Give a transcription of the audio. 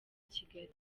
kigali